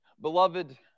Beloved